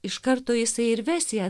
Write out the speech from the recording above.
iš karto jisai ir ves ją